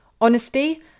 honesty